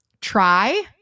try